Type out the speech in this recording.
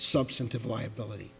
substantive liability